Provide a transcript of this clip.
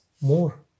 more